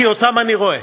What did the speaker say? כי אותם אני רואה.